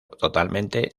totalmente